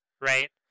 right